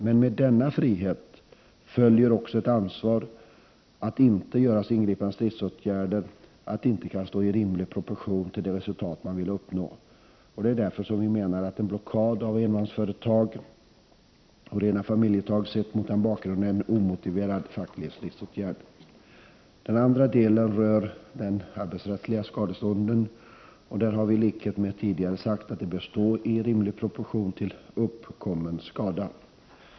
Men med denna frihet följer också ett ansvar att inte vidta så ingripande stridsåtgärder att de inte står rimligt i proportion till de resultat som man vill uppnå. Det är därför som vi menar att en blockad av enmansföretag och rena familjeföretag sett mot den bakgrunden är en omotiverad facklig stridsåtgärd. Den andra delen rör det arbetsrättsliga skadeståndet, och där har vi i likhet med tidigare sagt att det bör stå i rimlig proportion till uppkommen skada.